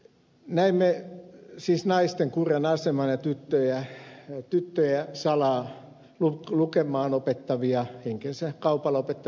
näimme siis naisten kurjan aseman ja tyttöjä salaa lukemaan opettavia henkensä kaupalla opettavia ihmisiä